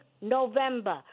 November